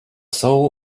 soul